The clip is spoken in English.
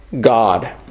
God